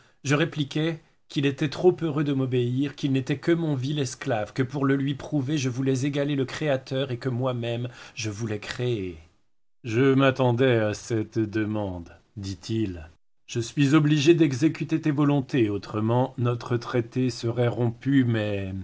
je répliquai qu'il était trop heureux de m'obéir qu'il n'était que mon vil esclave que pour le lui prouver je voulais égaler le créateur et que moi-même je voulais créer je m'attendais à cette demande dit-il je suis obligé d'exécuter tes volontés autrement notre traité serait rompu mais